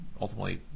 ultimately